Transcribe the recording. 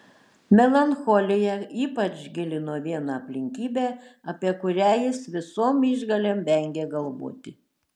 melancholiją ypač gilino viena aplinkybė apie kurią jis visom išgalėm vengė galvoti